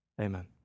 Amen